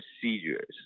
procedures